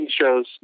shows